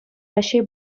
раҫҫей